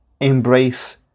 embrace